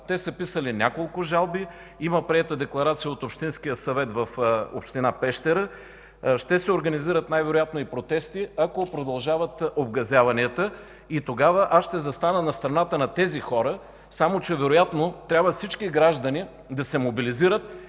Те са писали няколко жалби. Има приета декларация от Общинския съвет в община Пещера. Ще се организират най-вероятно и протести, ако продължават обгазяванията. Тогава аз ще застана на страната на тези хора, само че вероятно всички граждани трябва да се мобилизират